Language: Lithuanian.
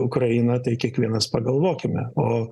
ukrainą tai kiekvienas pagalvokime o